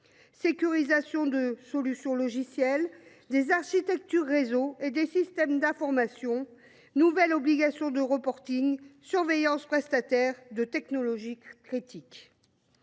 sécurisation des solutions logicielles, des architectures réseau et des systèmes d’information, de nouvelles obligations de et la surveillance des prestataires de technologies critiques.